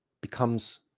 becomes